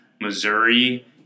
Missouri